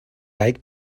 like